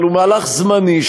אבל הוא מהלך זמני,